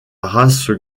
race